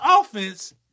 offense